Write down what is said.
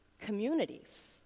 communities